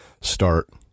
start